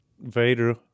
Vader